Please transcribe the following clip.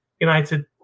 United